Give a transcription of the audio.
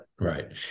right